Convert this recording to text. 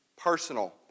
personal